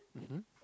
mmhmm